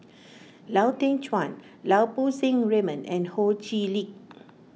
Lau Teng Chuan Lau Poo Seng Raymond and Ho Chee Lick